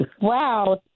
Wow